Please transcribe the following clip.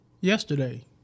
Yesterday